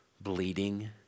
bleeding